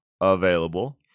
available